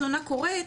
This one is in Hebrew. תלונה קורית,